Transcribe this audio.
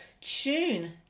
tune